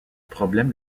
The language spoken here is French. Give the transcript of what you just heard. problèmes